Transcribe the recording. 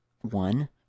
one